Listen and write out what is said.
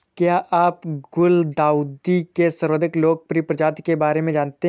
क्या आप गुलदाउदी के सर्वाधिक लोकप्रिय प्रजाति के बारे में जानते हैं?